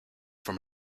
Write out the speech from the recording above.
from